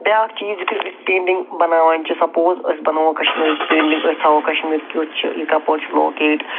بیٛاکھ چیٖز یِتھُے أسۍ پینٹِنٛگ بَناوان چھِ سَپوز أسۍ بَناوو کَشمیٖرٕچ پینٹِنٛگ أسۍ تھاوو کَشمیٖر کٮُ۪تھ چھُ یہِ کَپٲرۍ چھُ لوکیٹ